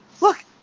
look